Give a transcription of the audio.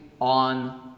on